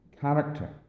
character